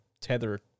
tether